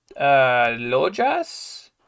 lojas